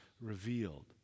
revealed